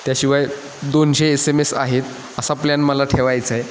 त्याशिवाय दोनशे S M S आहेत असा प्लॅन मला ठेवायचा आहे